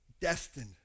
destined